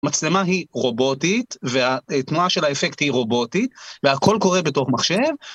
מצלמה היא רובוטית והתנועה של האפקט היא רובוטית והכל קורה בתוך מחשב.